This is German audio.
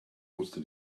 musste